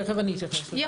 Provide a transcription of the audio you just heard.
תיכף אני אתייחס לזה.